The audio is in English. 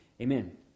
Amen